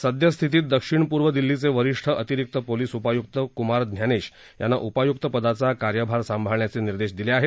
सद्यस्थितीत दक्षिण पूर्व दिल्लीचे वरिष्ठ अतिरिक्त पोलीस उपायुक्त कुमार ज्ञानेश यांना उपायुक्त पदाचा कार्यभार सांभाळण्याचे निर्देश दिले आहेत